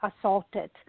assaulted